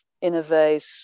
innovate